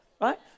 right